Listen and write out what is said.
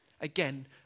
Again